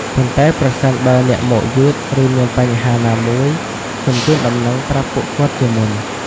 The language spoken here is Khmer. ប៉ុន្តែប្រសិនបើអ្នកមកយឺតឬមានបញ្ហាណាមួយ សូមជូនដំណឹងប្រាប់ពួកគាត់ជាមុន។